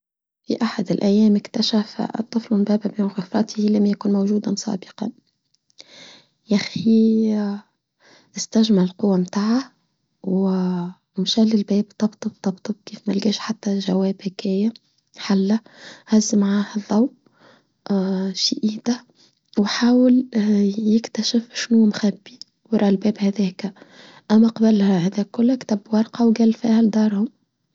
في أحد الأيام اكتشف الطفل باب بين غفاته لم يكن موجوداً سابقاً ياخي استجمع القوة متاعه ومشال الباب طبطب طبطب كيف ما لقاش حتى جوابه كاية حلة هز معاه الضوء شئيدة وحاول يكتشف شنو مخبي وراء الباب هذيك أنا أقبلها هذيك كلها اكتب ورقة وقال فيها لدارهم.